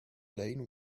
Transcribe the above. lane